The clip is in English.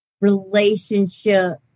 relationship